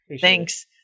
Thanks